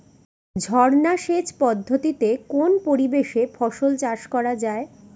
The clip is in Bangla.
ঝর্না সেচ পদ্ধতিতে কোন পরিবেশে ফসল চাষ করা যায়?